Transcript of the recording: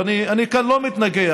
ואני כאן לא מתנגח,